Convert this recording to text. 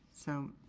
so,